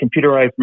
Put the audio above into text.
computerized